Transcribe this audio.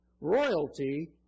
Royalty